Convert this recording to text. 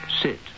sit